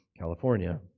California